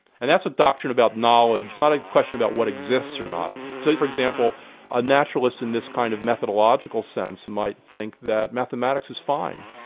and that's a doctrine about knowledge, not a question about what exists or not. say for example a naturalist in this kind of methodological sense might think that mathematics is fine,